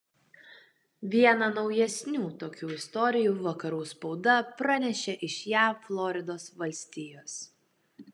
vieną naujesnių tokių istorijų vakarų spauda pranešė iš jav floridos valstijos